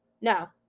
No